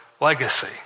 legacy